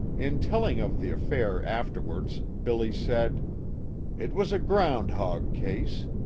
in telling of the affair afterwards, billy said it was a ground-hog case.